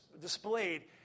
displayed